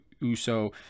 Uso